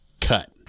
Cut